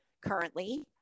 currently